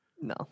No